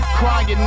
crying